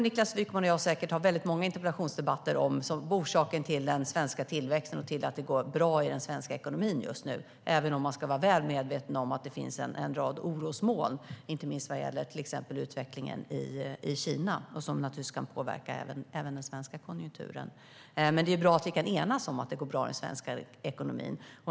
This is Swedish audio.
Niklas Wykman och jag kommer säkert att ha många interpellationsdebatter om orsaken till den svenska tillväxten och till att det går bra i den svenska ekonomin just nu, även om man ska vara väl medveten om att det finns en rad orosmoln, inte minst vad gäller utvecklingen i Kina, som naturligtvis kan påverka även den svenska konjunkturen. Men det är bra att vi kan enas om att det går bra i den svenska ekonomin.